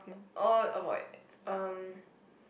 all avoid um